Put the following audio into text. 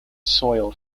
soil